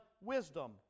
wisdom